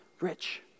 rich